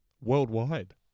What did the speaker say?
worldwide